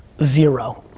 zero,